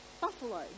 buffalo